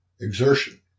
Exertion